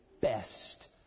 best